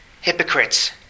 hypocrites